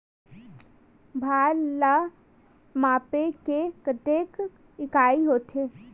भार ला मापे के कतेक इकाई होथे?